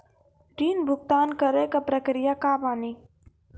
ऋण भुगतान करे के प्रक्रिया का बानी?